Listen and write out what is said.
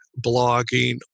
blogging